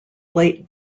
late